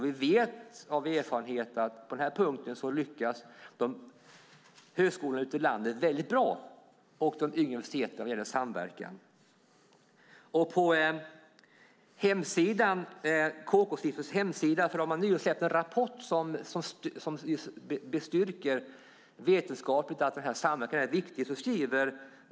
Vi vet av erfarenhet att högskolorna ute i landet och de yngre universiteten ute i landet lyckas mycket bra när det gäller samverkan. KK-stiftelsen har nyligen släppt en rapport som vetenskapligt bestyrker att denna samverkan är viktig.